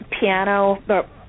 Piano